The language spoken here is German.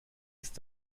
ist